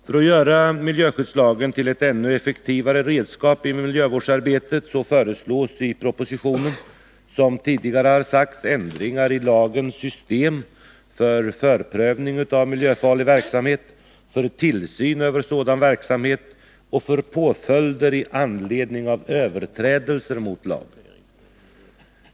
För att göra miljöskyddslagen till ett ännu effektivare redskap i miljövårdsarbetet förslås i propositionen, som tidigare har sagts, ändringar i lagens system för förprövning av miljöfarlig verksamhet, för tillsyn över sådan verksamhet och för påföljder i anledning av överträdelse mot lagen.